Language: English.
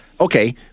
okay